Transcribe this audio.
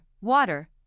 water